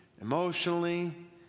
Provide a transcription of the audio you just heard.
emotionally